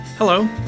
Hello